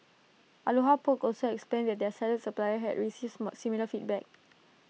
aloha poke also explained that their salad supplier had similar feedback